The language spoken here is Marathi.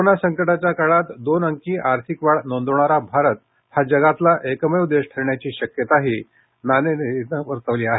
कोरोना संकटाच्या काळात दोन अंकी आर्थिक वाढ नोंदवणारा भारत हा जगातला एकमेव देश ठरण्याची शक्यताही नाणेनिधीनं वर्तवली आहे